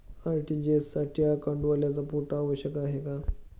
RTGS साठी अकाउंटवाल्याचा photo आवश्यक आहे का?